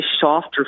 softer